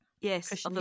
Yes